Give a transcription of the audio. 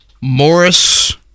Morris